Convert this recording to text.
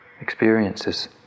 experiences